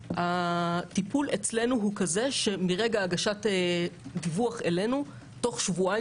הטיפול אצלנו הוא כזה שמרגע הגשת דיווח אלינו תוך שבועיים